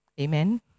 Amen